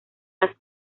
las